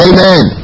Amen